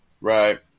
Right